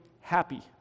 happy